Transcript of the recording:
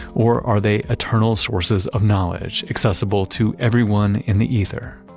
or are they eternal sources of knowledge, accessible to everyone in the ether?